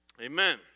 Amen